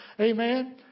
Amen